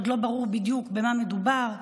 עוד לא ברור בדיוק במה מדובר,